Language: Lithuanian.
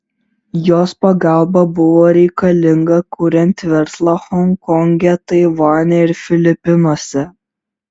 jos pagalba buvo reikalinga kuriant verslą honkonge taivane ir filipinuose